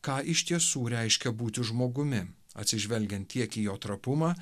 ką iš tiesų reiškia būti žmogumi atsižvelgiant tiek į jo trapumą